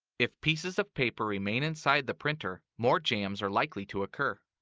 if pieces of paper remain inside the printer, more jams are likely to occur.